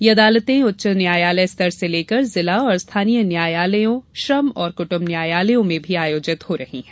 ये अदालतें उच्च न्यायालय स्तर से लेकर जिला और स्थानीय न्यायालयों श्रम और कुटम्ब न्यायालयों में भी आयोजित हो रही है